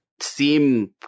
seem